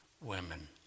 women